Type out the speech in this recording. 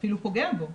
אפילו פוגע בו,